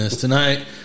Tonight